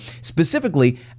specifically